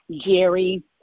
Jerry